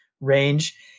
range